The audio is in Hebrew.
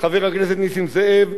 חבר הכנסת כרמל שאמה,